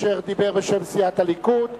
אשר דיבר בשם סיעת הליכוד.